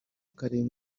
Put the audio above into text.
akareba